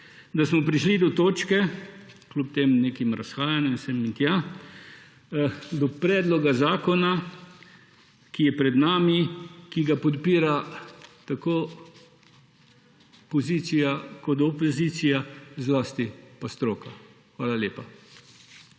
da smo prišli do točke, kljub tem nekim razhajanjem in sem in tja, do predloga zakona, ki je pred nami, ki ga podpira tako pozicija kot opozicija, zlasti pa stroka. Hvala lepa.